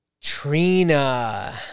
Trina